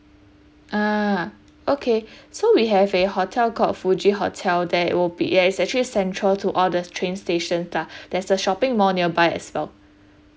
ah okay so we have a hotel called fuji hotel that will be ya it's actually central to all the train stations lah there's a shopping mall nearby as well